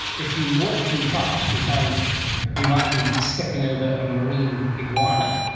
if you walk too fast you find you might be stepping over a marine iguana.